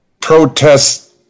protests